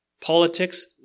politics